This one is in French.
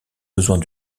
besoins